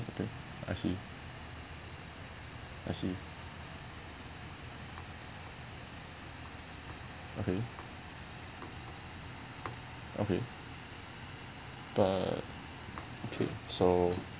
okay I see I see okay okay but okay so